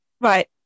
Right